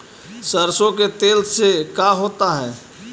सरसों के तेल से का होता है?